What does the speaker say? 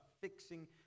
fixing